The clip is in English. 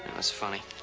it's funny.